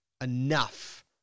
enough